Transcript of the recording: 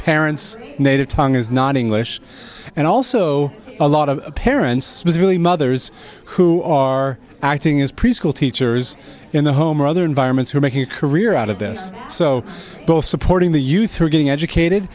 parents native tongue is not english and also a lot of parents is really mothers who are acting as preschool teachers in the home or other environments who are making a career out of this so both supporting the youth who are getting educated